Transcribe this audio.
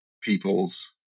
people's